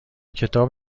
کتاب